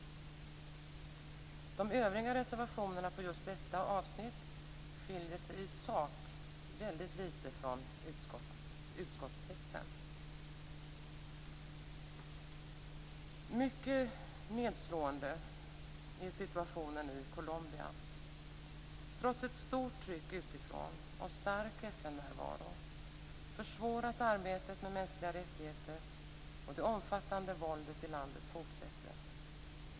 De övriga reservationerna på just detta avsnitt skiljer sig i sak litet från utskottstexten. Situationen i Colombia är mycket nedslående. Trots ett stort tryck utifrån och stark FN-närvaro försvåras arbetet för mänskliga rättigheter, och det omfattande våldet i landet fortsätter.